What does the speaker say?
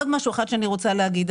עוד משהו אחד שאני רוצה להגיד.